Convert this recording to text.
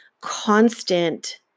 constant